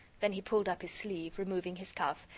then he pulled up his sleeve, removing his cuff,